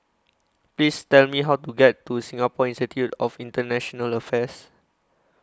Please Tell Me How to get to Singapore Institute of International Affairs